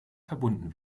verbunden